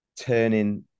turning